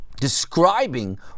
describing